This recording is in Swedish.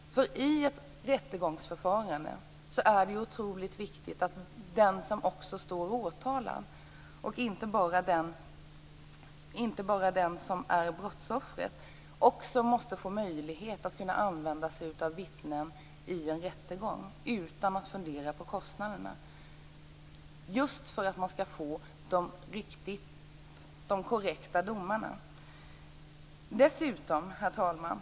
I ett rättegångsförfarande är det nämligen otroligt viktigt att också den som står åtalad, och inte bara den som är brottsoffer, får möjlighet att använda sig av vittnen utan att fundera på kostnaderna. Detta är viktigt för att man skall kunna få de korrekta domarna. Herr talman!